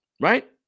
right